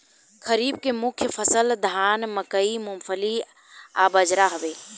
खरीफ के मुख्य फसल धान मकई मूंगफली आ बजरा हवे